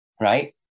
right